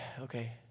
okay